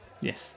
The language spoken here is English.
yes